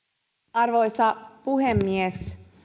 arvoisa puhemies